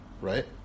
right